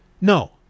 No